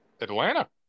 Atlanta